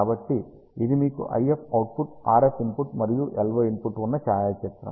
కాబట్టి ఇది మీకు IF అవుట్పుట్ RF ఇన్పుట్ మరియు LO ఇన్పుట్ ఉన్న ఛాయాచిత్రం